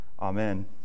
Amen